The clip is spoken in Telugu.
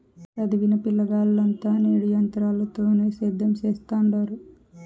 సదివిన పిలగాల్లంతా నేడు ఎంత్రాలతోనే సేద్యం సెత్తండారు